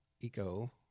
Eco